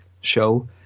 show